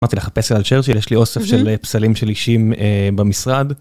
באתי לחפש על צ'ארצ'יל שיש לי אוסף של פסלים של אישים במשרד.